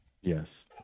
yes